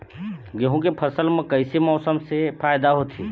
गेहूं के फसल म कइसे मौसम से फायदा होथे?